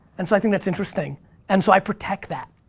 and so i think that's interesting and so i protect that.